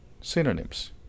Synonyms